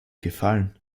gefallen